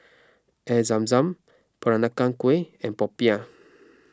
Air Zam Zam Peranakan Kueh and Popiah